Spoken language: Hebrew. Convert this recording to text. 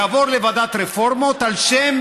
יעבור לוועדת הרפורמות על שם